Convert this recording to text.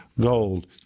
gold